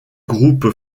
groupe